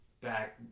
back